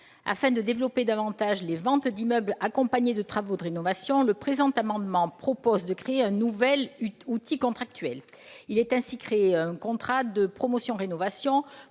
Afin de développer davantage les ventes d'immeubles accompagnées de travaux de rénovation, le présent amendement a pour objet de créer un nouvel outil contractuel, à savoir un contrat de promotion-rénovation